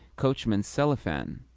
coachman selifan